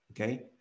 Okay